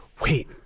wait